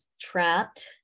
trapped